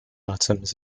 atoms